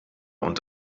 und